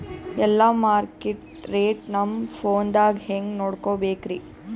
ಎಲ್ಲಾ market rate ನಮ್ ಫೋನದಾಗ ಹೆಂಗ ನೋಡಕೋಬೇಕ್ರಿ?